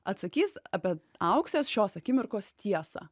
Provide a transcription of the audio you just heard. atsakys apie auksės šios akimirkos tiesą